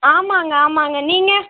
ஆமாங்க ஆமாங்க நீங்கள்